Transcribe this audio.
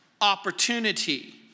opportunity